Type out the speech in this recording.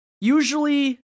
usually